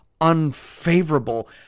unfavorable